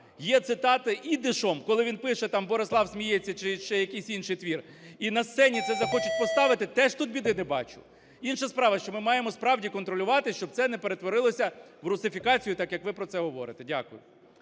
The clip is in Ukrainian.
є цитатиідишом, коли він пише там "Борислав сміється" чи ще якийсь інший твір, і на сцені це захочуть поставити – теж тут біди не бачу. Інша справа, що ми маємо справді контролювати. Щоб це не перетворилося в русифікацію, так, як ви про це говорите. Дякую.